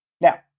Now